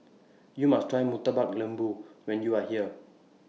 YOU must Try Murtabak Lembu when YOU Are here